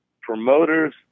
promoters